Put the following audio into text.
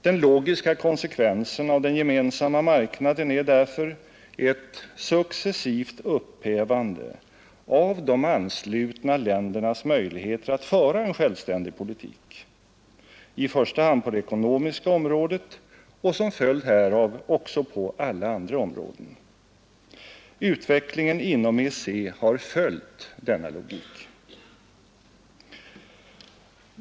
Den logiska konsekvensen av den gemensamma marknaden är därför ett successivt upphävande av de anslutna ländernas möjligheter att föra en självständig politik — i första hand på det ekonomiska området och som följd härav också på alla andra områden. Utvecklingen inom EEC har följt denna logik.